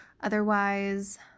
Otherwise